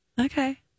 Okay